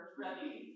ready